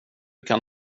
kan